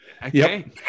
Okay